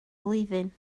flwyddyn